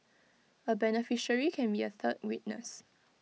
A beneficiary can be A third witness